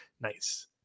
nice